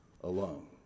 alone